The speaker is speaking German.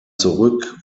zurück